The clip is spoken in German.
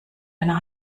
einer